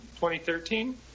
2013